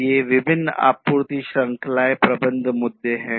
ये विभिन्न आपूर्ति श्रृंखलाएं प्रबंध मुद्दे हैं